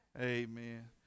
amen